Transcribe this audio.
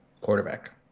quarterback